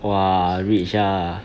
!wah! rich ah